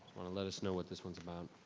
wanna let us know what this one's about.